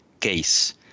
case